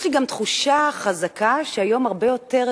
יש לי גם תחושה חזקה שהיום הרבה יותר